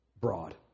broad